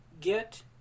get